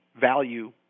value